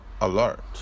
alert